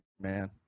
man